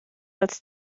als